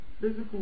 physical